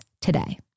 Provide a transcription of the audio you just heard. today